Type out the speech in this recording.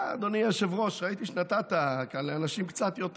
אדוני היושב-ראש, ראיתי שנתת כאן לאנשים קצת יותר.